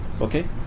Okay